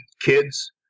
kids